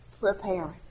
preparing